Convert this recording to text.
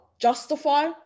justify